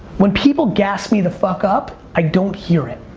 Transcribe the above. when people gas me the fuck up, i don't hear it.